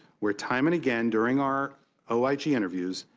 where time and again during our ah like interviews,